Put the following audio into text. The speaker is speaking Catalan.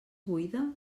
buida